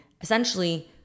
essentially